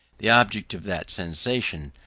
the object of that sensation,